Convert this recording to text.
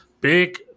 Big